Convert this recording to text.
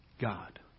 God